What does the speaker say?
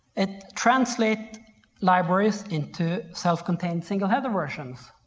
it translates libraries into self-contained single header versions